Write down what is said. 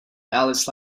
alice